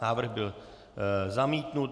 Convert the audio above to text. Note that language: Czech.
Návrh byl zamítnut.